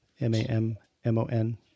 M-A-M-M-O-N